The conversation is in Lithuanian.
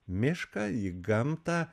mišką į gamtą